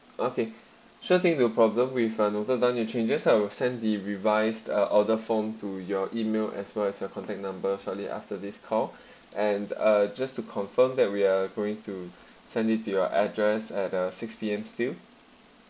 okay sure thing no problem we've uh noted down your changes I will send the revised uh order form to your email as long as your contact number shortly after this call and uh just to confirm that we are going to send it to your address at uh six P_M still